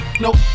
nope